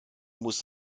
muss